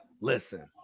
listen